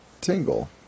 Tingle